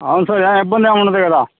అవును సారు ఏం ఇబ్బందేం ఉండదు కదా